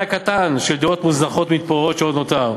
הקטן של דירות מוזנחות ומתפוררות שעוד נותר.